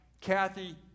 Kathy